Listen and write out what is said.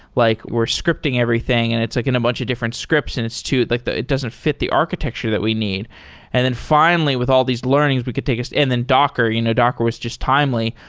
like we're scripting everything and it's like in a bunch of different scripts and it's too like it doesn't fit the architecture that we need and then finally with all these learnings, we could take us in then docker. you know docker was just timely.